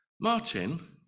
Martin